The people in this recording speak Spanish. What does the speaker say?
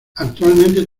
actualmente